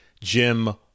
Jim